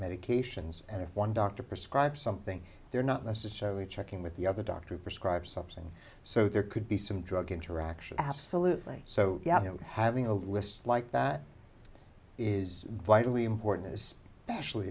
medications and if one doctor prescribe something they're not necessarily checking with the other doctor to prescribe something so there could be some drug interaction absolutely so having a list like that is vitally important is actually